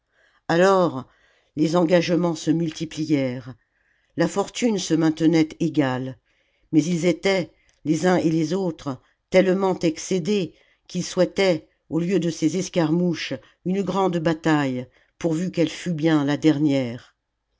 alors les engagements se multiplièrent la fortune se maintenait égaie mais ils étaient les uns et les autres tellement excédés qu'ils souhaitaient au lieu de ces escarmouches une grande bataille pourvu qu'elle fût bien la dernière